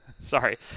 Sorry